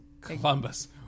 Columbus